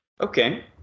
Okay